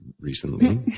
recently